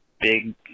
big